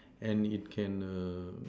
and it can err